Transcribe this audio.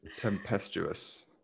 tempestuous